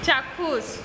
চাক্ষুষ